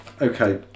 okay